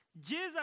Jesus